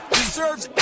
Deserves